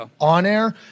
on-air